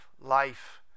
life